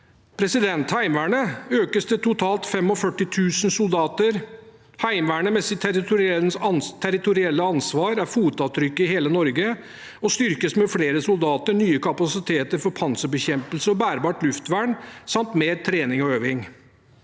Heimevernet økes til totalt 45 000 soldater. Heimevernet med sitt territorielle ansvar er fotavtrykket i hele Norge og styrkes med flere soldater, nye kapasiteter for panserbekjempelse og bærbart luftvern samt mer trening og øving.